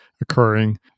occurring